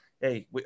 hey